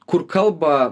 kur kalba